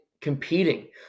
competing